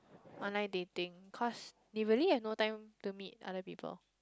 online dating cause they really have no time to meet other people